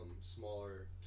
smaller